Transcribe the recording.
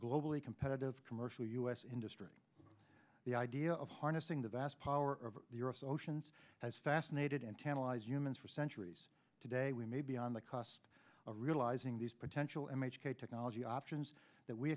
globally competitive commercial u s industry the idea of harnessing the vast power of the earth's oceans has fascinated and tantalize humans for centuries today we may be on the cost of realizing these potential m h k technology options that we